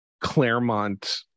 Claremont